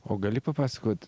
o gali papasakot